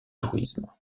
tourisme